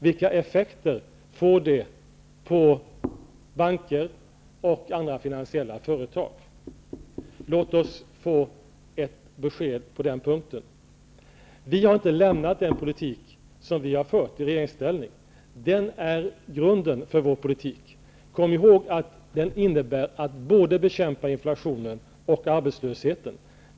Vilka effekter får det på banker och andra finansiella företag? Låt oss få ett besked på den punkten! Vi har inte lämnat den politik som vi har fört i regeringsställning. Den är grunden för våra förslag. Kom ihåg att den innebär att både inflationen och arbetslösheten bekämpas.